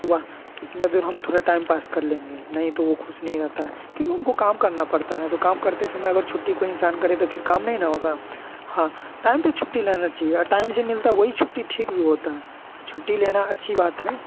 कि वह इतना देर हम थोड़ा टाइम पास कर लेंगे नहीं तो वो खुश नहीं रहता क्योंकि उनको काम करना पड़ता है तो काम करते समय अगर छुट्टी कोई इंसान करे तो फिर काम नहीं ना होगा हाँ टाइम पे छुट्टी लेना चाहिए टाइम से मिलता वही छुट्टी ठीक भी होता है तो छुट्टी लेना अच्छी बात है